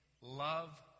love